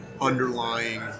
underlying